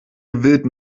gewillt